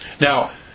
now